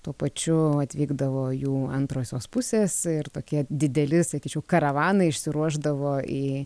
tuo pačiu atvykdavo jų antrosios pusės ir tokie dideli sakyčiau karavanai išsiruošdavo į